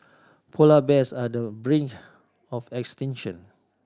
polar bears are the brink of extinction